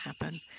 happen